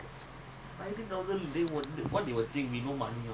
I got different money I got